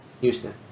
Houston